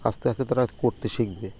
আস্তে আস্তে তারা করতে শিখবে